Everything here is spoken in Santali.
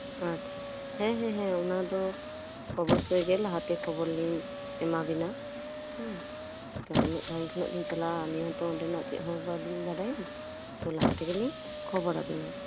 ᱟᱪᱪᱷᱟ ᱦᱮᱸ ᱦᱮᱸ ᱦᱮᱸ ᱚᱱᱟᱫᱚ ᱚᱵᱚᱥᱥᱚᱭ ᱜᱮ ᱞᱟᱦᱟᱛᱮ ᱠᱷᱚᱵᱚᱨᱞᱤᱧ ᱮᱢᱟᱵᱮᱱᱟ ᱦᱩᱸ ᱛᱚ ᱩᱱᱟᱹᱜ ᱥᱟᱺᱜᱤᱧ ᱠᱷᱚᱱᱟᱜ ᱞᱤᱧ ᱪᱟᱞᱟᱜᱼᱟ ᱟᱹᱞᱤᱧ ᱦᱚᱸᱛᱚ ᱚᱸᱰᱮᱱᱟᱜ ᱪᱮᱫ ᱦᱚᱸ ᱵᱟᱹᱞᱤᱧ ᱵᱟᱰᱟᱭᱟ ᱛᱚ ᱞᱟᱦᱟ ᱛᱮᱜᱮᱞᱤᱧ ᱠᱷᱚᱵᱚᱨᱟᱵᱤᱱᱟ